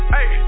Hey